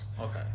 Okay